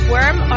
Worm